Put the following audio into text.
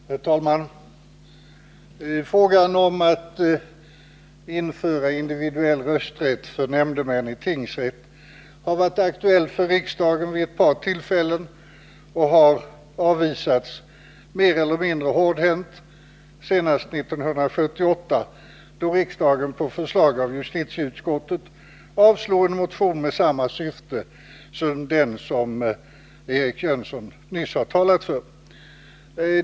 Herr talman! Frågan om att införa individuell rösträtt för nämndemän i tingsrätt har varit aktuell för riksdagen vid ett par tillfällen och har avvisats mer eller mindre hårdhänt, senast 1978, då riksdagen på förslag av justitieutskottet avslog en motion med samma syfte som den som Eric Jönsson nyss har talat för.